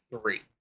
three